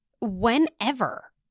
whenever